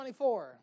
24